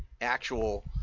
actual